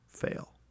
fail